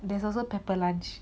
there's also pepper lunch